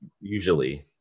usually